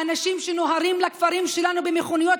האנשים שנוהרים לכפרים שלנו במכוניות